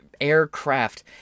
Aircraft